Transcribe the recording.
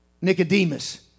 Nicodemus